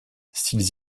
s’ils